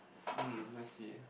um I see